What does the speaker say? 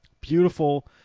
Beautiful